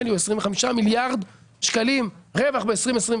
לי או 25 מיליארד שקלים רווח ב-2022.